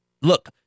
Look